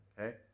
okay